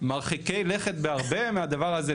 מרחיקי לכת בהרכבה מהדבר הזה.